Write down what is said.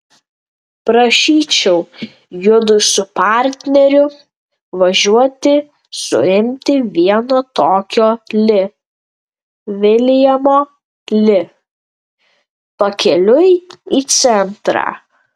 prašyčiau judu su partneriu važiuoti suimti vieno tokio li viljamo li pakeliui į centrą